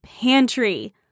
pantry